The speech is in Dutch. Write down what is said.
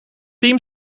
team